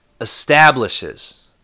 establishes